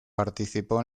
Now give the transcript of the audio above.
participó